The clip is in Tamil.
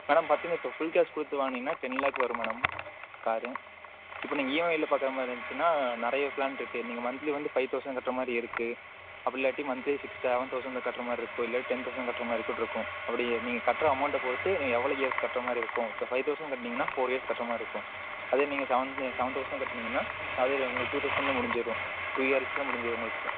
மேடம் பார்த்தீங்கன்னா இப்போ ஃபுல் கேஷ் கொடுத்து வாங்குனீங்கன்னால் டென் லேக் வரும் மேடம் காரு இப்போ நீங்கள் இஎம்ஐயில் பார்க்கற மாதிரி இருந்துச்சின்னால் நிறைய ப்ளான்ருக்குது நீங்கள் மந்த்லி வந்து ஃபை தௌசண்ட் கட்டுறமாதிரி இருக்குது அப்படி இல்லாட்டி மந்த்லி சிக்ஸ் சவன் தௌசண்ட்டில் கட்டுற மாதிரி இருக்கும் இல்லை டென் தௌசண்ட் கட்டுற மாதிரி கூட இருக்கும் அப்படி நீங்கள் கட்டுற அமௌண்ட்ட பொறுத்து நீங்கள் எவ்வளோ இயர்ஸ் கட்டுற மாதிரி இருக்கும் இப்போ ஃபை தௌசண்ட் கட்டுனீங்கன்னா ஃபோர் இயர்ஸ் கட்டுற மாதிரி இருக்கும் அதே நீங்கள் சவன் சவன் தௌசண்ட் கட்டுனீங்கன்னா அதே உங்களுக்கு டூ தௌசண்ட்டில் முடிஞ்சிடும் டூ இயர்ஸில் முடிஞ்சிடும் உங்களுக்கு